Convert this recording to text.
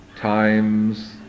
times